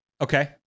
okay